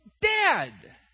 dead